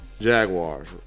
Jaguars